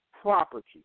property